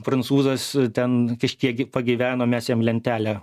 prancūzas ten kažkiek pagyveno mes jam lentelę